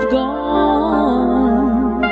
gone